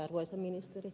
arvoisa ministeri